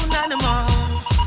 animals